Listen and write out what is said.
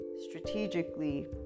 strategically